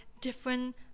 different